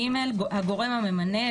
(ג)הגורם הממנה,